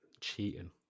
Cheating